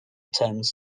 terms